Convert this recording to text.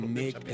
make